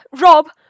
Rob